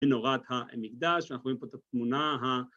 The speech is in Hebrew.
‫מנורת המקדש, ‫ואנחנו רואים פה את התמונה ה...